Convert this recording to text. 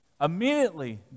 Immediately